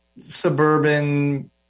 suburban